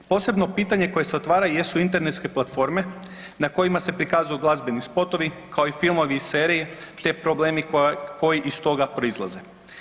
Posebno pitanje koje se otvara jesu internetske platforme na kojima se prikazuju glazbeni spotovi kao i filmovi i serije te problemi koji iz toga proizlaze.